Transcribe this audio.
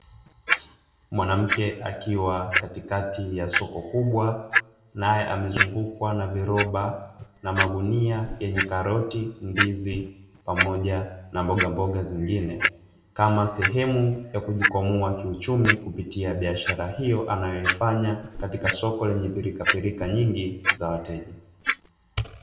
Mwanamke akiwa katikati ya soko kubwa, naye amezungukwa na viroba na magunia yenye karoti ndizi pamoja na mbogamboga zingin, kama sehemu ya kujikwamua kiuchumi kupitia biashara hiyo anayoifanya katika soko lenye pilikapilika nyingi za wateja.